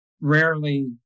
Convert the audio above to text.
rarely